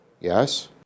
Yes